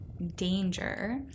danger